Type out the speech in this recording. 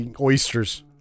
oysters